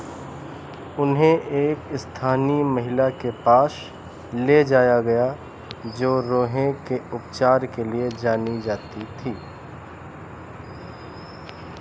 उन्हें एक स्थानीय महिला के पास ले जाया गया जो रोहे के उपचार के लिए जानी जाती थी